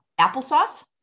applesauce